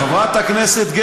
חברת הכנסת,